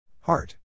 Heart